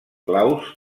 claus